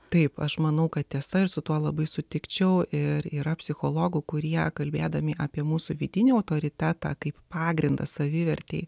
taip aš manau kad tiesa ir su tuo labai sutikčiau ir yra psichologų kurie kalbėdami apie mūsų vidinį autoritetą kaip pagrindą savivertei